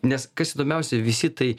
nes kas įdomiausia visi tai